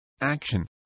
action